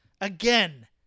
again